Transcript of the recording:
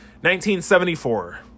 1974